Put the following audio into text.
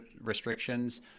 restrictions